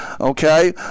Okay